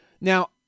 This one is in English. Now